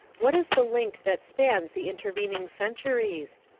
what is the link that spans the intervening centuries?